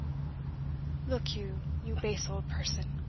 look you, you base old person,